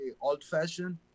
old-fashioned